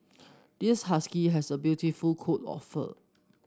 this husky has a beautiful coat of fur